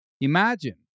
Imagine